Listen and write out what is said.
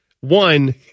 one